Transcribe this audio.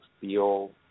feel